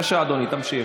בבקשה, אדוני, תמשיך.